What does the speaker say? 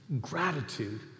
gratitude